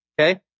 okay